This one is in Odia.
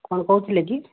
କଣ କହୁଥିଲେ କି